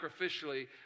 sacrificially